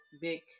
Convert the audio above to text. big